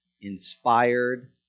inspired